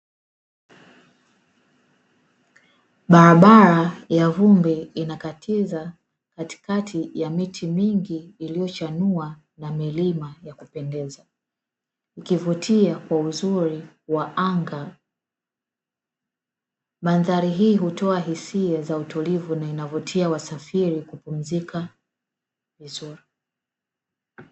Barabara ya vumbi inakatiza katika ya miti mingi iliyochanua na milima ya kupendeza ikivutia kwa uzuri wa anga, mandhari hii hutoa hisia za utulivu na inavutia wasafiri kupumzika vizuri.